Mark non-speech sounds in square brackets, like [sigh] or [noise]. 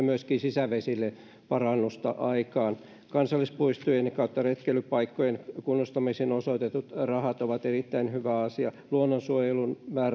[unintelligible] myöskin sisävesille parannusta aikaan kansallispuistojen ja retkeilypaikkojen kunnostamiseen osoitetut rahat ovat erittäin hyvä asia luonnonsuojelun